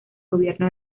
gobierno